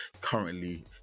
currently